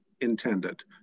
intended